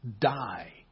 die